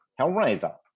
Hellraiser